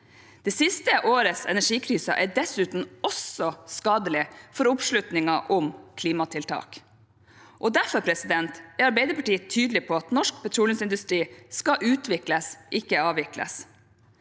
Det siste årets energikrise er dessuten også skadelig for oppslutningen om klimatiltak. Derfor er Arbeiderpartiet tydelig på at norsk petroleumsindustri skal utvikles, ikke avvikles.